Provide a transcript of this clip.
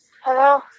Hello